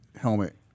helmet